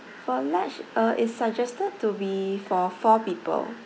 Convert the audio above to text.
for large uh is suggested to be for four people